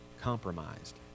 compromised